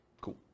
Cool